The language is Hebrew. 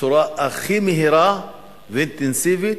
בצורה הכי מהירה ואינטנסיבית,